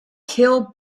kill